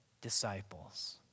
disciples